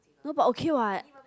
no but okay what